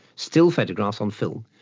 still photographs on film,